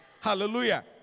Hallelujah